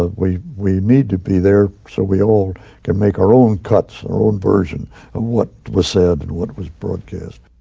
we we need to be there so we all can make our own cuts, our own versions of what was said and what was broadcast.